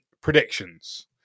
Predictions